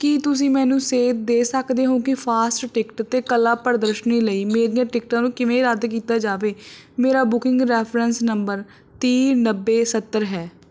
ਕੀ ਤੁਸੀਂ ਮੈਨੂੰ ਸੇਧ ਦੇ ਸਕਦੇ ਹੋ ਕਿ ਫਾਸਟ ਟਿਕਟ 'ਤੇ ਕਲਾ ਪ੍ਰਦਰਸ਼ਨੀ ਲਈ ਮੇਰੀਆਂ ਟਿਕਟਾਂ ਨੂੰ ਕਿਵੇਂ ਰੱਦ ਕੀਤਾ ਜਾਵੇ ਮੇਰਾ ਬੁਕਿੰਗ ਰੈਫਰੈਂਸ ਨੰਬਰ ਤੀਹ ਨੱਬੇ ਸੱਤਰ ਹੈ